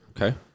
Okay